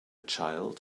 child